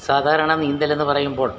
സാധാരണ നീന്തലെന്ന് പറയുമ്പോൾ